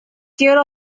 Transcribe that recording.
care